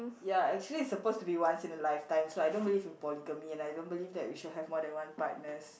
ya actually it's supposed to be once in a lifetime so I don't believe in polygamy and I don't believe that we should have more than one partners